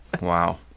Wow